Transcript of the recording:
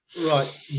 Right